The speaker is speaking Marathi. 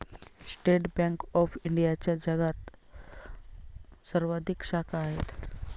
स्टेट बँक ऑफ इंडियाच्या जगात सर्वाधिक शाखा आहेत